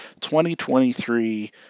2023